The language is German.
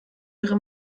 ihre